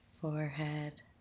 forehead